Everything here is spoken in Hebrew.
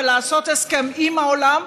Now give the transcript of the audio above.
ולעשות הסכם עם העולם,